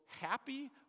happy